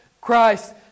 Christ